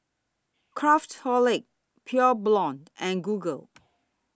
Craftholic Pure Blonde and Google